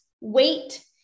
weight